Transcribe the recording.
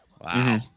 Wow